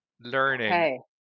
learning